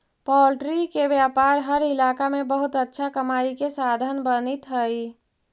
poultry के व्यापार हर इलाका में बहुत अच्छा कमाई के साधन बनित हइ